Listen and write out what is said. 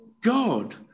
God